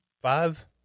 five